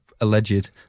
alleged